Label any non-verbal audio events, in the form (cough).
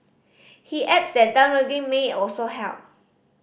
he adds that (unintelligible) may also help